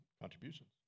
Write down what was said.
contributions